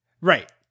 right